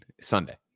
Sunday